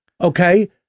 Okay